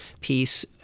piece